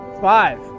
Five